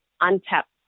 untapped